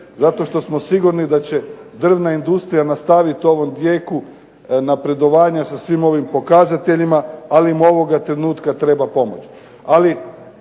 Zato što smo sigurni da će drvna industrija nastaviti u ovom tijeku napredovanja sa svim ovim pokazateljima, ali im ovoga trenutka treba pomoć.